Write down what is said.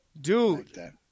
Dude